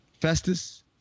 Festus